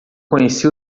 conheci